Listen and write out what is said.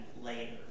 later